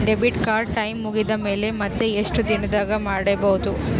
Debit card time ಮುಗಿದ ಮೇಲೆ ಮತ್ತೆ ಎಷ್ಟು ದಿನದಾಗ ಪಡೇಬೋದು?